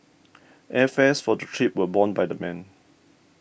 airfares for trip were borne by the men